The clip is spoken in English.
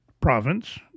province